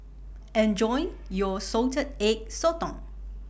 Enjoy your Salted Egg Sotong